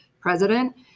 president